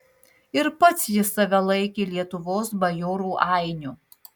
ir pats jis save laikė lietuvos bajorų ainiu